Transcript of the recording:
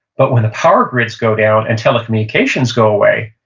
but when the power grids go down and telecommunications go away,